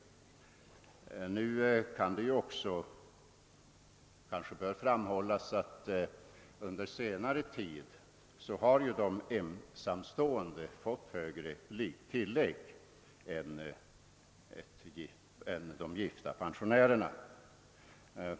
Kanske det bör framhållas att de ensamstående under senare tid har fått högre tillägg än de gifta pensionärerna.